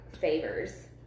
favors